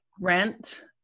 rent